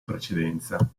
precedenza